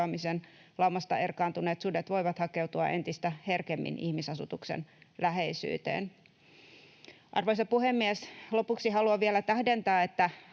laumasta erkaantuneet sudet voivat hakeutua entistä herkemmin ihmisasutuksen läheisyyteen. Arvoisa puhemies! Lopuksi haluan vielä tähdentää, että